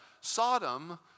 Sodom